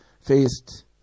faced